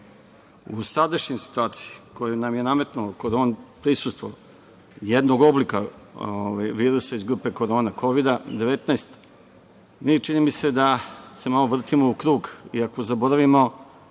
U sadašnjoj situaciji, koju nam je nametnuo prisustvo jednog oblika virusa iz grupe korona Kovida 19 čini mi se da se malo vrtimo u krug, iako zaboravio